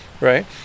right